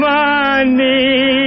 money